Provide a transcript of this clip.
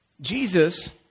Jesus